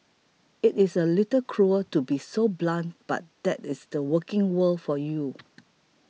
it is a little cruel to be so blunt but that is the working world for you